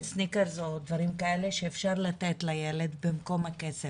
סניקרס, או דברים כאלה שאפשר לתת לילד במקום הכסף.